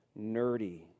nerdy